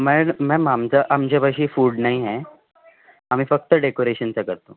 mad ma'am आमच्या आमच्यापाशी food नाही आहे आम्ही फक्त डेकोरेशनचं करतो